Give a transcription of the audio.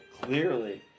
Clearly